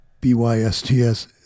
B-Y-S-T-S